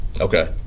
Okay